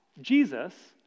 Jesus